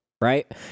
right